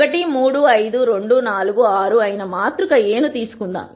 1 3 5 2 4 6 అయిన మాతృక A ను తీసుకుందాం